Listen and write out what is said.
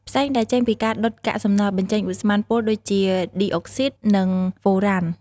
ផ្សែងដែលចេញពីការដុតកាកសំណល់ បញ្ចេញឧស្ម័នពុលដូចជា ឌីអុកស៊ីន និងហ្វូរ៉ាន។